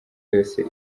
yose